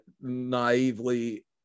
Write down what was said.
naively